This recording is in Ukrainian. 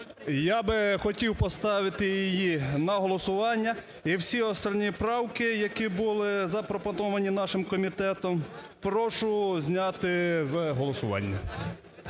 Я би хотів поставити її на голосування і всі остальні правки, які були запропоновані нашим комітетом, прошу зняти з голосування.